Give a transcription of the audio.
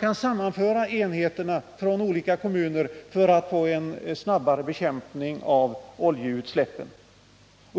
kan sammanföra enheter från olika kommuner och få en snabbare bekämpning av oljeutsläppen.